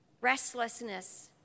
restlessness